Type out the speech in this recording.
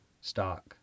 stock